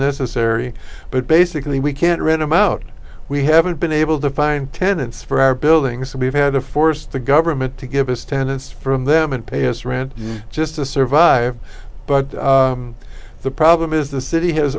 necessary but basically we can't read them out we haven't been able to find tenants for our buildings to be had to force the government to give us tenants from them and pay his rent just to survive but the problem is the city has